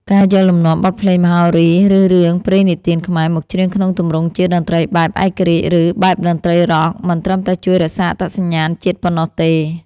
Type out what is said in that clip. ការយកលំនាំបទភ្លេងមហោរី ឬរឿងព្រេងនិទានខ្មែរ មកច្រៀងក្នុងទម្រង់ជា តន្ត្រីបែបឯករាជ្យ ឬ បែបតន្ត្រីរ៉ក់ មិនត្រឹមតែជួយរក្សាអត្តសញ្ញាណជាតិប៉ុណ្ណោះទេ។